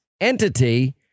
entity